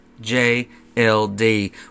J-L-D